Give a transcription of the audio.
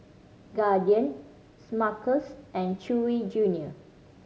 Guardian Smuckers and Chewy Junior